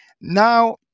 Now